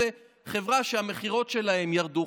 זו חברה שהמכירות שלה ירדו,